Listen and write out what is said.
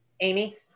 Amy